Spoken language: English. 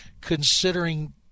considering